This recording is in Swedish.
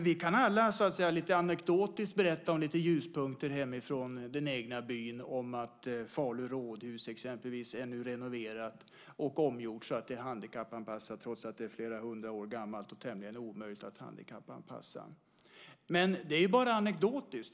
Vi kan alla lite anekdotiskt berätta om lite ljuspunkter hemifrån den egna byn, om att Falu rådhus exempelvis nu är renoverat och omgjort så att det är handikappanpassat trots att det är flera hundra år gammalt och tämligen omöjligt att handikappanpassa. Men det är bara anekdotiskt.